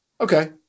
Okay